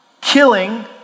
Killing